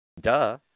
Duh